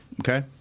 Okay